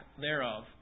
thereof